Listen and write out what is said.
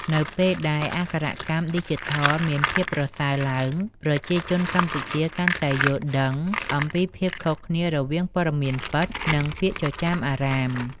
នៅពេលដែលអក្ខរកម្មឌីជីថលមានភាពប្រសើរឡើង ប្រជាជនកម្ពុជាកាន់តែយល់ដឹងអំពីភាពខុសគ្នារវាងព័ត៌មានពិត និងពាក្យចចាមអារ៉ាម។